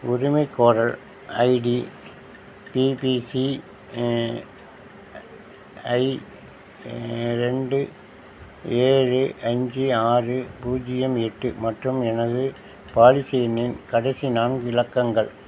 உரிமைக் கோரல் ID BBC ஐ ரெண்டு ஏழு அஞ்சு ஆறு பூஜ்ஜியம் எட்டு மற்றும் எனது பாலிசி எண்ணின் கடைசி நான்கு இலக்கங்கள்